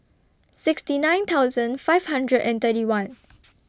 sixty nine thousand five hundred and thirty one